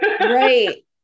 Right